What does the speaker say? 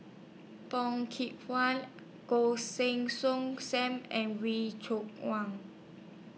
Bong Kee Hwa Goh Heng Soon SAM and Wee Cho Wang